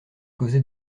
causer